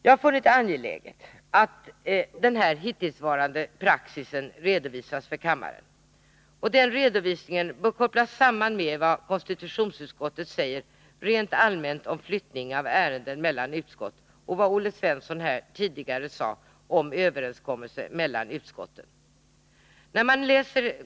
Jag har funnit det angeläget att redovisa hittillsvarande praxis inför kammaren. Den redovisningen bör kopplas samman med vad konstitutionsutskottet rent allmänt säger om flyttning av ärenden mellan utskott samt med vad Olle Svensson tidigare sade om överenskommelser mellan utskotten.